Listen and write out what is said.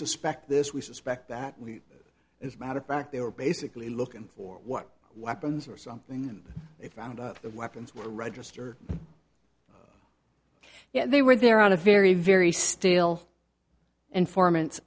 suspect this we suspect that we as a matter of fact they were basically looking for what weapons or something and they found out the weapons were register yet they were there on a very very stale informant